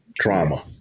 trauma